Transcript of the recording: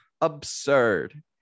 absurd